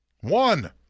One